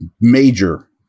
Major